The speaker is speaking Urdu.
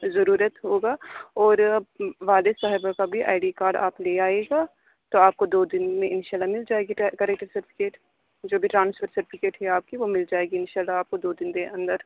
ضرورت ہوگا اور والد صاحبہ کا بھی آئی کارڈ آپ لے آئیے گا تو آپ کو دو دن میں انشاء اللہ مل جائے گی کیریکٹر سرٹیفکٹ جو بھی ٹرانسفر سرٹیفکٹ ہے آپ کی وہ مل جائے گی انشاء اللہ آپ کو دو دن دے اندر